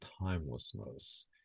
timelessness